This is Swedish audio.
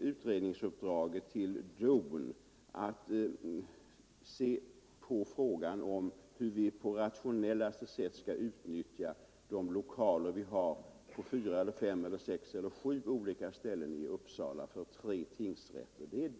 utredningsuppdraget till DON att se på frågan hur vi på rationellaste sätt skall utnyttja de lokaler som vi har på fyra, fem, sex eller sju olika ställen i Uppsala för tre tingsrätter.